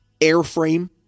airframe